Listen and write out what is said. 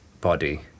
body